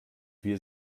wir